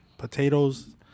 Potatoes